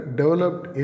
developed